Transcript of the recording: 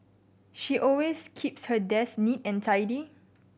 she always keeps her desk neat and tidy